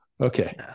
okay